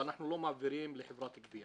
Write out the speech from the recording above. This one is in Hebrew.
ואנחנו לא מעבירים לחברת גבייה.